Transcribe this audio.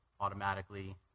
automatically